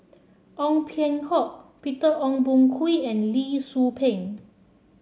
Ong Peng Hock Peter Ong Boon Kwee and Lee Tzu Pheng